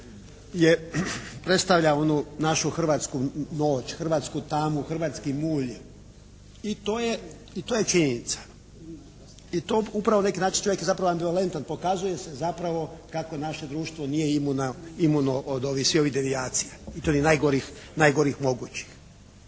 predstavlja onu našu hrvatsku noć, hrvatsku tamu, hrvatski mulj i to je činjenica. I to upravo na neki način čovjek je ambivalentan – pokazuje se zapravo kako naše društvo nije imuno od ovih svih devijacija i to onih najgorih mogućih.